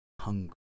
hungry